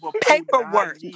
paperwork